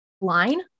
line